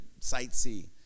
sightsee